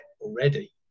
already